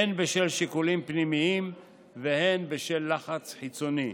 הן בשל שיקולים פנימיים והן בשל לחץ חיצוני.